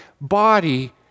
body